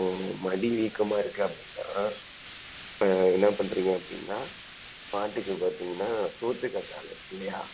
இப்போது மடி வீக்கமாக இருக்குது அப்படின்னா என்னப் பண்ணுறீங்க அப்படின்னா மாட்டுக்கு பார்த்தீங்கன்னா சோற்று கற்றால இருக்குல்லையா